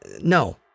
no